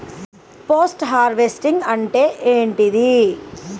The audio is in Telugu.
పోస్ట్ హార్వెస్టింగ్ అంటే ఏంటిది?